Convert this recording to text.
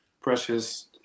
Precious